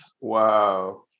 Wow